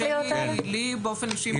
לי באופן אישי מאוד קשה לעקוב.